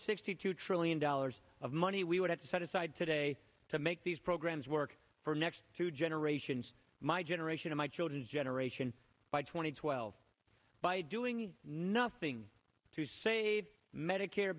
sixty two trillion dollars of money we would have to set aside today to make these programs work for next two generations my generation of my children's generation by two thousand and twelve by doing nothing to save medicare